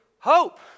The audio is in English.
Hope